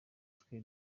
twe